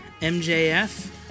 MJF